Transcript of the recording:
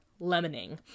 lemoning